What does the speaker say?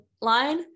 line